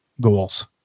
goals